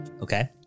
Okay